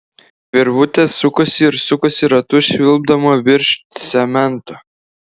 virvutė sukosi ir sukosi ratu švilpdama virš cemento